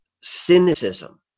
cynicism